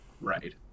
Right